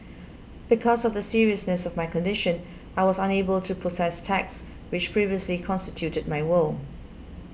because of the seriousness of my condition I was unable to process text which previously constituted my world